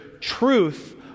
truth